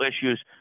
issues